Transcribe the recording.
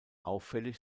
auffällig